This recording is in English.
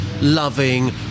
loving